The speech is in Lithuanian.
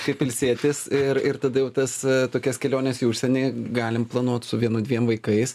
kaip ilsėtis ir ir tada jau tas tokias keliones į užsienį galim planuot su vienu dviem vaikais